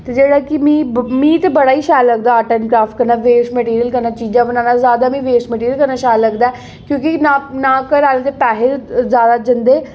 के होआ मिं ते बड़ा गै शैल लगदा हा आर्ट एंड क्राफ्ट करना वेस्ट मिटीरियल कन्नै चीज़ां बनानियां ज्यादा मी वेस्ट मटीरियल किन्ना शैल लगदा ऐ नां गै घरा आहलें दे पैसे ज्यादा लगदे